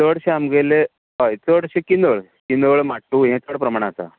चडशें आमगेले हय चडशें किंदळ किंदळ माट्टू हें चड प्रमाणान आसा